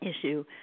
issue